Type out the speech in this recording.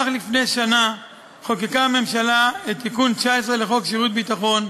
אך לפני שנה חוקקה הממשלה את תיקון 19 לחוק שירות ביטחון,